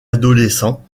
adolescent